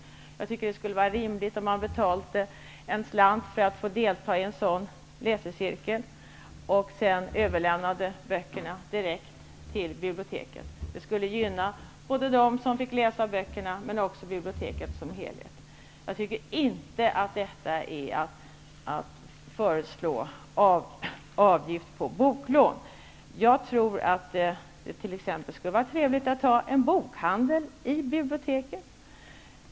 Jag tycker att det skulle vara rimligt att människor betalade en slant för att få delta i en sådan läsecirkel och sedan överlämnade böckerna direkt till biblioteket. Det skulle gynna både dem som fick läsa böckerna, men också biblioteket som helhet. Jag tycker inte att detta är att föreslå avgift på boklån. Det skulle också vara trevligt att ha t.ex. en bokhandel i biblioteket.